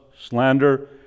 slander